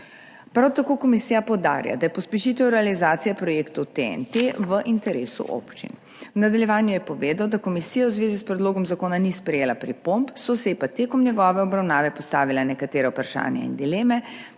Prav tako komisija poudarja, da je pospešitev realizacije projektov TEN-T v interesu občin. V nadaljevanju je povedal, da komisija v zvezi s predlogom zakona ni sprejela pripomb, so se pa ji med njegovo obravnavo postavila nekatera vprašanja in dileme,